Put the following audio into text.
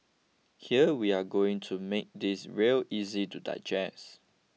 here we are going to make this real easy to digest